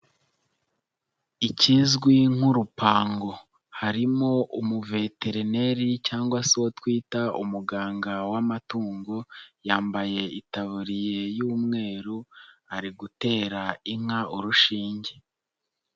Ikizwi nk'urupango harimo umuveterineri cyangwa se uwo twita umuganga w'amatungo, yambaye itaburiye y'umweru ari gutera inka urushinge.